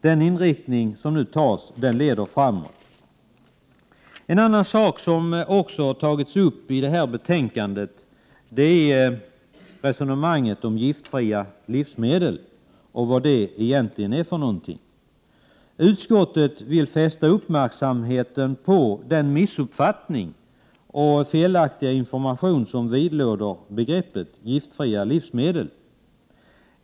Den inriktning som nu antas leder framåt. I detta betänkande tas även upp resonemanget om giftfria livsmedel och vad giftfria livsmedel egentligen är. Utskottet vill fästa uppmärksamheten på den missuppfattning och felaktiga information som vidlåder begreppet giftfria livsmedel.